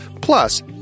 Plus